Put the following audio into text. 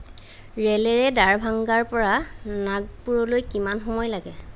ৰেলেৰে দ্বাৰভাঙাৰ পৰা নাগপুৰলৈ কিমান সময় লাগে